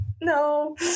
No